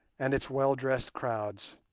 and its well-dressed crowds.